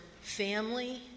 family